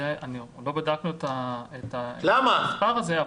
לא בדקנו את המספר הזה.